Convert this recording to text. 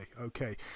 okay